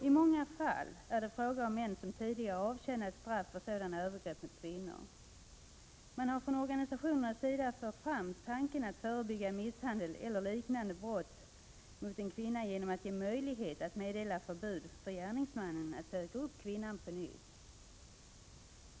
I många fall är det fråga om män som tidigare avtjänat straff för sådana övergrepp mot kvinnor. Man har från organisationernas sida fört fram tanken att förebygga misshandel eller liknande brott mot en kvinna genom att ge möjlighet att meddela förbud för gärningsmannen att söka upp kvinnan på nytt.